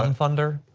and thunder?